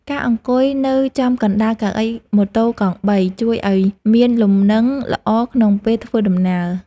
ការអង្គុយនៅចំកណ្តាលកៅអីម៉ូតូកង់បី ជួយឱ្យមានលំនឹងល្អក្នុងពេលធ្វើដំណើរ។